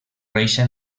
reixa